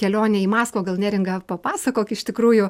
kelione į maskvą gal neringa papasakok iš tikrųjų